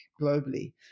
globally